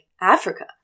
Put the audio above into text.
Africa